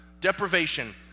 Deprivation